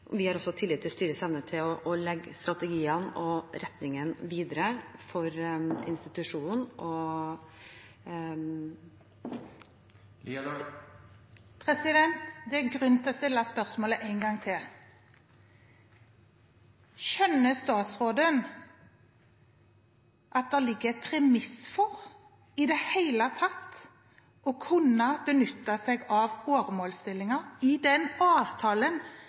vi har også tillit til styrets evne til å legge strategien og retningen videre for institusjonen. Det er grunn til å stille spørsmålet en gang til. Skjønner statsråden at det ligger et premiss for å kunne benytte seg av åremålsstillinger i den avtalen